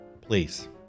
please